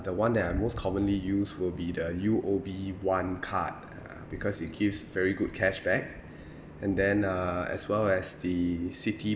the one that I most commonly used will be the U_O_B one card uh because it gives very good cashback and then as well as the citi